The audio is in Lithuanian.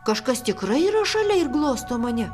kažkas tikrai yra šalia ir glosto mane